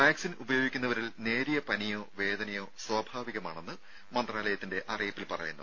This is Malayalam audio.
വാക്സിൻ ഉപയോഗിക്കുന്നവരിൽ നേരിയ പനിയോ വേദനയോ സ്വാഭാവികമാണെന്ന് മന്ത്രാലയത്തിന്റെ അറിയിപ്പിൽ പറയുന്നു